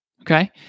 Okay